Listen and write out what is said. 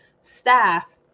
staff